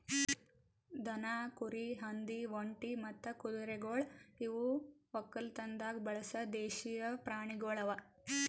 ದನ, ಕುರಿ, ಹಂದಿ, ಒಂಟಿ ಮತ್ತ ಕುದುರೆಗೊಳ್ ಇವು ಒಕ್ಕಲತನದಾಗ್ ಬಳಸ ದೇಶೀಯ ಪ್ರಾಣಿಗೊಳ್ ಅವಾ